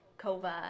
Kova